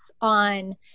on